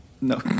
no